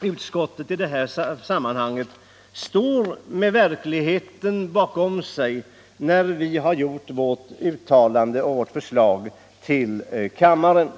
utskottet i detta sammanhang stöder oss på verkligheten när vi gör vårt uttalande och avger vårt förslag till kammaren.